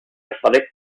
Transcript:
athletic